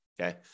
okay